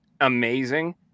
amazing